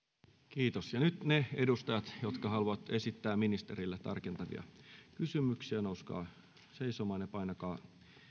kiitos ja nyt ne edustajat jotka haluavat esittää ministerille tarkentavia kysymyksiä nouskaa seisomaan ja painakaa